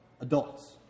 adults